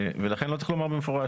לכן לא צריך לומר במפורש.